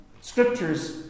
scriptures